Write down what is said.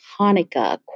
Hanukkah